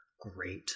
great